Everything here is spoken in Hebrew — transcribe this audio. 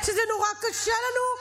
שזה נורא קשה לנו,